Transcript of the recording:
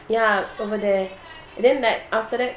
ya over there then like after that